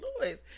Louis